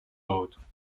autres